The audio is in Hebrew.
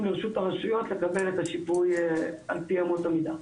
לרשות הרשויות לקבל את השיפוי על פי אמות המידה.